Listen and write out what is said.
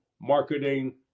marketing